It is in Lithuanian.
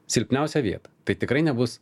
silpniausią vietą tai tikrai nebus